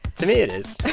to me it is, yeah